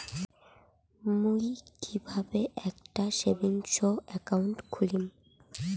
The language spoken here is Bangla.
মুই কিভাবে একটা সেভিংস অ্যাকাউন্ট খুলিম?